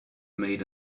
made